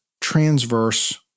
transverse